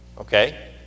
okay